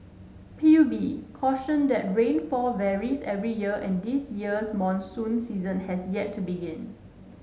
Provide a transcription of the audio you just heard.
P U B cautioned that rainfall varies every year and this year's monsoon season has yet to begin